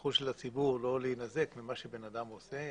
והזכות של הציבור לא להינזק ממה שבן אדם עושה.